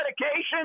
medication